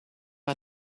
are